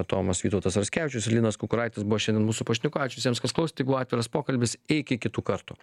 tomas vytautas raskevičius ir linas kukuraitis buvo šiandien mūsų pašnekovai ačiū visiems kas klausėt tai buvo atviras pokalbis iki kitų kartų